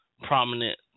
prominent